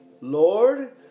Lord